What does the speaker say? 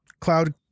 cloud